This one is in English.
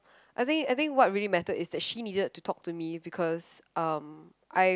I think I think what really mattered is that she needed to talk to me because um I